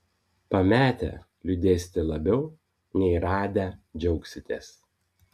pametę liūdėsite labiau nei radę džiaugsitės